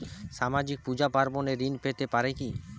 সামাজিক পূজা পার্বণে ঋণ পেতে পারে কি?